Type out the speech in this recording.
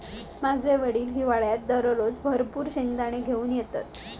माझे वडील हिवाळ्यात दररोज भरपूर शेंगदाने घेऊन येतत